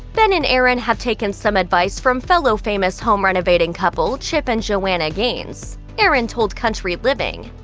ben and erin have taken some advice from fellow famous home-renovating couple, chip and joanna gaines. erin told country living,